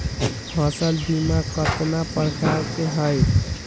फसल बीमा कतना प्रकार के हई?